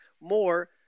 more